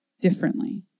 differently